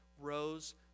rose